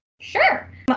Sure